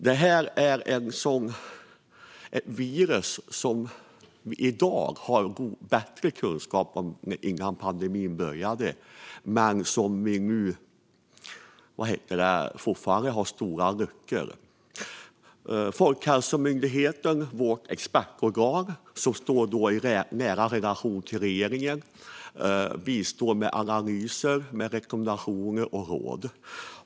Det här är ett virus som vi i dag har bättre kunskap om än före pandemin, men det finns fortfarande stora luckor. Folkhälsomyndigheten, vårt expertorgan, som står i nära relation till regeringen, bistår med analyser, rekommendationer och råd.